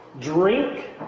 drink